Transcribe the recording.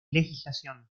legislación